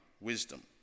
wisdom